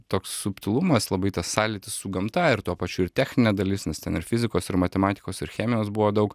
toks subtilumas labai tas sąlytis su gamta ir tuo pačiu ir techninė dalis nes ten ir fizikos ir matematikos ir chemijos buvo daug